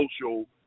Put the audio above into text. social